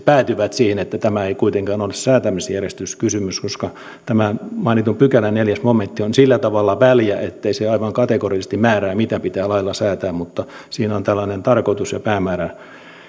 ja päätyivät siihen että tämä ei kuitenkaan ole säätämisjärjestyskysymys koska tämä mainitun pykälän neljäs momentti on sillä tavalla väljä ettei se aivan kategorisesti määrää mitä pitää lailla säätää mutta siinä on tällainen tarkoitus ja päämäärä